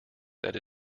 that